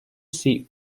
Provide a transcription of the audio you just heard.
seat